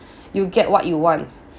you get what you want